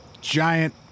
giant